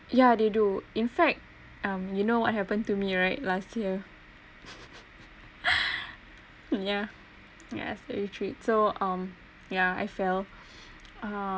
yeah they do in fact um you know what happened to me right last year ya accidentally trip so um ya I fell